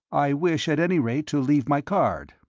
i wish, at any rate, to leave my card.